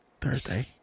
Thursday